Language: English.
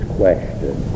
question